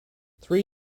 three